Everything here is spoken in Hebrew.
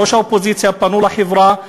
ראש האופוזיציה פנו לחברה,